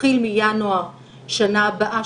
שתתחיל מינואר שנה הבאה,